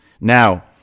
Now